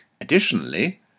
Additionally